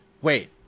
wait